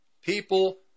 people